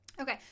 Okay